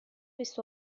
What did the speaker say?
بیست